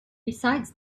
besides